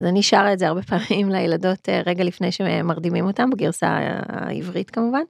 אז אני שרה את זה הרבה פעמים לילדות רגע לפני שמרדימים אותם בגרסה העברית כמובן.